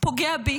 פוגע בי